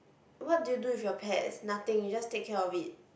what do you do with your pets nothing you just take care of it